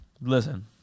Listen